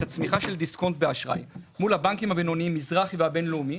הצמיחה של דיסקונט באשראי מול הבנקים הבינוניים מזרחי והבינלאומי,